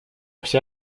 вся